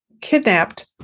kidnapped